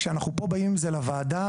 כשאנחנו פה באים עם זה לוועדה,